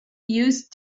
used